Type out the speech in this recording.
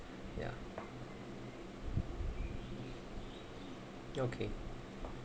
ya ya okay